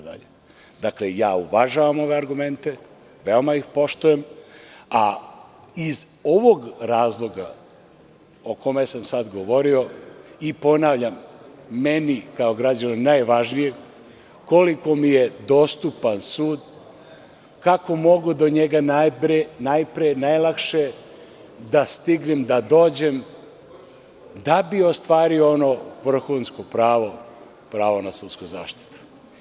Dakle, uvažavam ove argumente, veoma ih poštujem, a iz ovog razloga o kome sam sad govorio i ponavljam meni kao građaninu najvažnije je koliko mi je dostupan sud, kako mogu do njega najpre, najlakše da stignem, da dođem, da bi ostvario ono vrhunsko pravo - pravo na sudsku zaštitu.